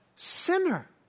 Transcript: Sinner